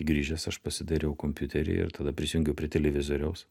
grįžęs aš pasidariau kompiuterį ir tada prisijungiau prie televizoriaus